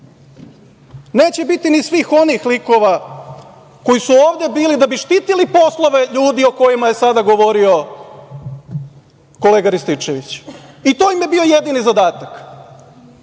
Neće biti ni svih onih likova koji su ovde bili da bi štitili poslove ljudi o kojima je sada govorio kolega Rističević. I to im je bio jedini zadatak,